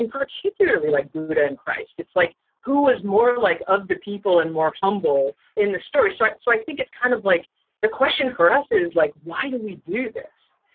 and particularly like buddha and christ, it's like who is more like of the people and more humble in the story. so i think it's kind of like the question for us is like, why do we do this?